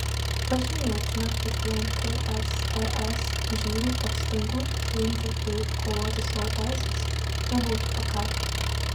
pažymėtina kad vien tsrs žydų pastangų ginti ir iškovoti savo teises nebūtų pakakę